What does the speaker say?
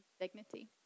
dignity